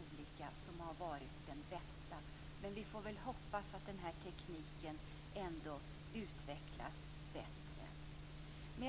olika, även de bästa. Vi får hoppas att tekniken utvecklas bättre.